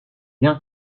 bien